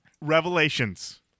Revelations